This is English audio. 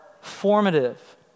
formative